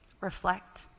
reflect